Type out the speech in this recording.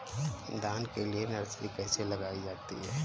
धान के लिए नर्सरी कैसे लगाई जाती है?